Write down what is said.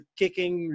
kicking